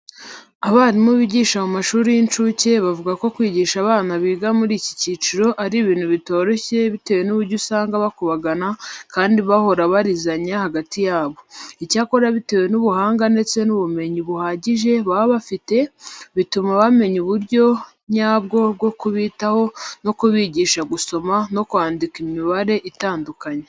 Abarimu bigisha mu mashuri y'incuke bavuga ko kwigisha abana biga muri iki cyiciro, ari ibintu bitoroshye bitewe n'uburyo usanga bakubagana kandi bahora bariranya hagati yabo. Icyakora bitewe n'ubuhanga ndetse n'ubumenyi buhagije baba bafite, bituma bamenya uburyo nyabwo bwo kubitaho no kubigisha gusoma no kwandika imibare itandukanye.